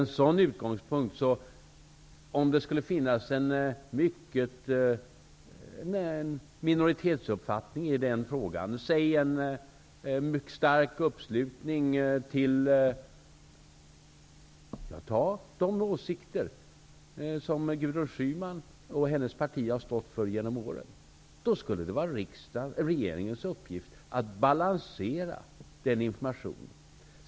En sådan utgångspunkt innebär att om det skulle finnas en minoritetsuppfattning i den frågan, säg en mycket stark uppslutning kring t.ex. de åsikter som Gudrun Schyman och hennes parti har stått för genom åren, skulle det vara regeringens uppgift att balansera den informationen.